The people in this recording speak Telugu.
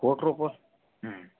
కోటి రూపా